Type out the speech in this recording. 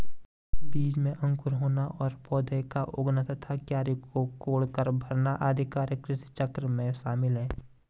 बीज में अंकुर होना और पौधा का उगना तथा क्यारी को कोड़कर भरना आदि कार्य कृषिचक्र में शामिल है